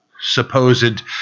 supposed